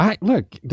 Look